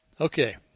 Okay